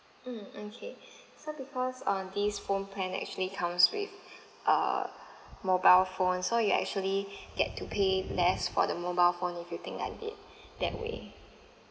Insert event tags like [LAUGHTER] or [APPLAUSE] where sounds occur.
mm okay [BREATH] so because uh this phone plan actually comes with err mobile phone so you actually [BREATH] get to pay less for the mobile phone if you think like that that way